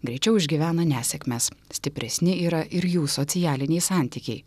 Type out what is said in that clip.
greičiau išgyvena nesėkmes stipresni yra ir jų socialiniai santykiai